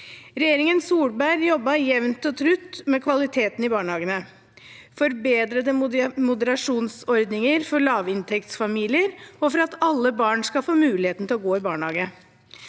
Regjeringen Solberg jobbet jevnt og trutt med kvaliteten i barnehagene, med forbedrede moderasjonsordninger for lavinntektsfamilier og for at alle barn skal få mulighet til å gå i barnehage.